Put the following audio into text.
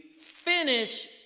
finish